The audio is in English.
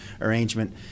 arrangement